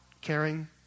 caring